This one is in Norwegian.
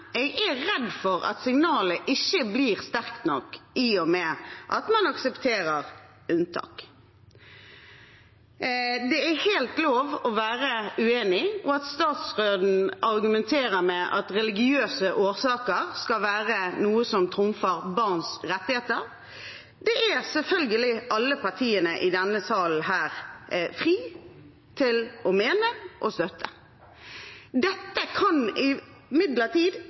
jeg er redd for at signalet ikke blir sterkt nok, i og med at man aksepterer unntak. Det er helt lov å være uenig, og at statsråden argumenterer med at religiøse årsaker skal være noe som trumfer barns rettigheter, er selvfølgelig alle partiene i denne salen fri til å støtte. Dette kan